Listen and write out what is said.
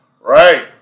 Right